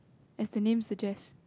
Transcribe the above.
as the name suggests